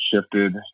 shifted